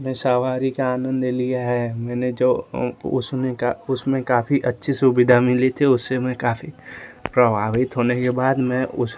उसमें सवारी का आनंद लिया है मैंने जो उसमे काफी अच्छी सुविधा मिली थी उससे मैं काफी प्रभावित होने के बाद मैं उस